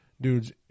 dudes